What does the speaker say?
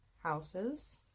houses